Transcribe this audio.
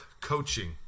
coaching